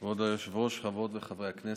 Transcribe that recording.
כבוד היושב-ראש, חברות וחברי הכנסת,